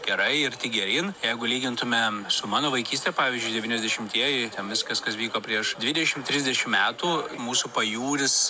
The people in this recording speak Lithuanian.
gerai ir tik geryn jeigu lygintumėm su mano vaikyste pavyzdžiui devyniasdešimtieji ten viskas kas vyko prieš dvidešim trisdešim metų mūsų pajūris